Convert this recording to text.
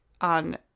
on